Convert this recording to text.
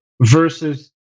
versus